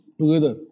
together